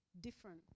different